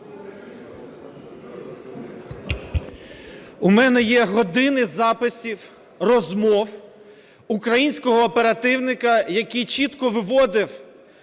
У мене є години записів розмов українського оперативника, який чітко виводив